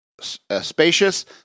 spacious